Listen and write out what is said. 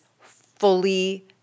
fully